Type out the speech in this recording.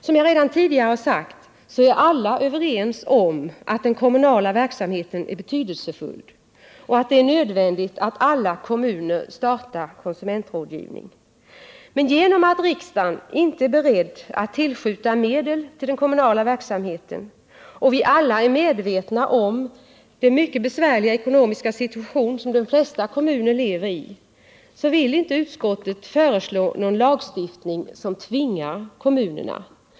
Som jag redan tidigare sagt är alla överens om att den kommunala verksamheten är betydelsefull och att det är nödvändigt att alla kommuner startar konsumentrådgivning. Men genom att riksdagen inte är beredd att tillskjuta medel till den kommunala verksamheten och vi alla är medvetna om den mycket besvärliga ekonomiska situation som de flesta kommuner lever i, vill utskottet inte föreslå någon lagstiftning som tvingar kommunerna.